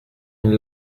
une